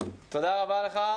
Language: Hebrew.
תודה לך.